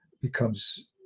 becomes